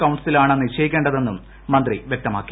കൌൺസിലാണ് നിശ്ചയിക്കേണ്ടതെന്നും മന്ത്രി വ്യക്തമാക്കി